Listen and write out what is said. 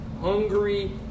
Hungry